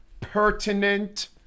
pertinent